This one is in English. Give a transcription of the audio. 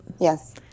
yes